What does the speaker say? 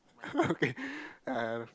okay uh